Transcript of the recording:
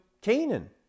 Canaan